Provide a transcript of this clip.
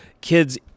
kids